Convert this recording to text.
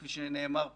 כפי שנאמר פה,